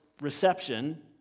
reception